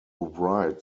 write